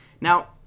Now